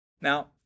now